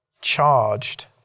charged